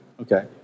Okay